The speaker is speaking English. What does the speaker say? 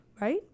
Right